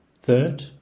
Third